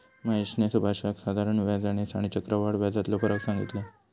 महेशने सुभाषका साधारण व्याज आणि आणि चक्रव्याढ व्याजातलो फरक सांगितल्यान